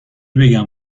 بگم